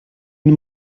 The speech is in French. une